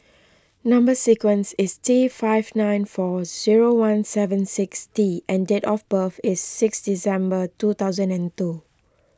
Number Sequence is T five nine four zero one seven six T and date of birth is six December two thousand and two